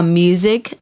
music